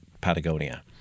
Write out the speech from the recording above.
Patagonia